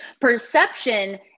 Perception